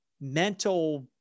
mental